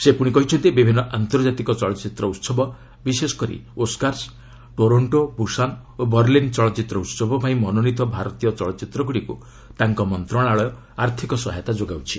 ସେ କହିଛନ୍ତି ବିଭିନ୍ନ ଆନ୍ତର୍ଜାତିକ ଚଳଚ୍ଚିତ୍ର ଉତ୍ସବ ବିଶେଷ କରି ଓସ୍କାର୍ସ୍ ଟୋରୋଣ୍ଟୋ ବୁଷାନ୍ ଓ ବର୍ଲିନ୍ ଚଳଚ୍ଚିତ୍ର ଉତ୍ସବ ପାଇଁ ମନୋନୀତ ଭାରତୀୟ ଚଳଚ୍ଚିତ୍ରଗୁଡ଼ିକୁ ତାଙ୍କ ମନ୍ତ୍ରଣାଳୟ ଆର୍ଥିକ ସହାୟତା ଯୋଗାଉଛି